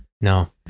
no